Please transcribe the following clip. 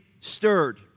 stirred